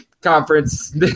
conference